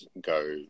go